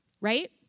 Right